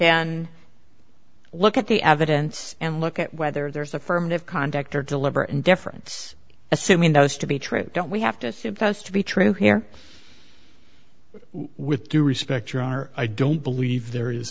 then look at the evidence and look at whether there's affirmative conduct or deliberate indifference assuming those to be true don't we have to suppose to be true here with due respect your are i don't believe there is